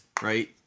Right